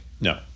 No